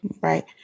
Right